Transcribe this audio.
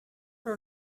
por